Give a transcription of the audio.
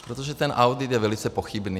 Protože ten audit je velice pochybný.